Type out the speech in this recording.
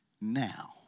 now